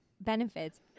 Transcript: benefits